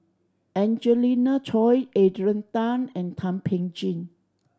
Angelina Choy Adrian Tan and Thum Ping Tjin